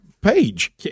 page